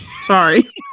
Sorry